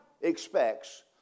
expects